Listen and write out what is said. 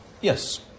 Yes